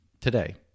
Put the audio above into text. today